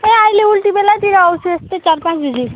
ए अहिले उल्टी बेलैतिर आउँछु यस्तै चार पाँच बजी